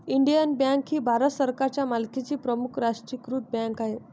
Indian bank ही भारत सरकारच्या मालकीची प्रमुख राष्ट्रीयीकृत बँक आहे